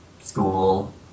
school